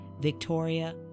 Victoria